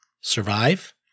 survive